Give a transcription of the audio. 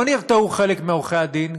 לא נרתעו חלק מעורכי-הדין,